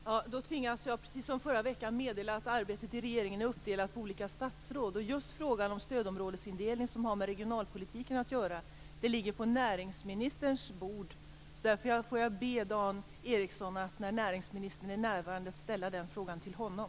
Herr talman! Jag tvingas, precis som förra veckan, meddela att arbetet i regeringen är uppdelat på olika statsråd. Just frågan om stödområdesindelning, som har med regionalpolitiken att göra, ligger på näringsministerns bord. Därför får jag be Dan Ericsson att ställa den frågan till näringsministern när han är närvarande.